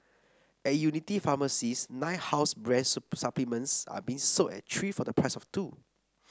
at Unity pharmacies nine house brand supplements are being sold at three for the price of two